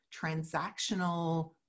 transactional